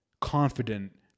confident